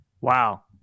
Wow